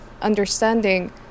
understanding